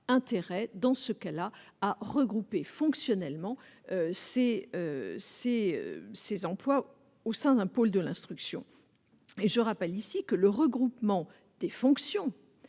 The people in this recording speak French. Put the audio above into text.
intérêt, dans ce cas-là, a regroupé fonctionnellement, c'est si ces emplois au sein d'un pôle de l'instruction et je rappelle ici que le regroupement des fonctions